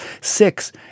Six